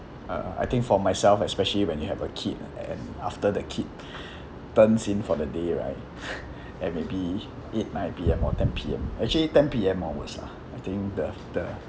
uh I think for myself especially when you have a kid and after the kid turns in for the day right and maybe eight nine P_M or ten P_M actually ten P_M onwards lah I think the the